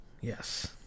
Yes